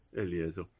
Eliezer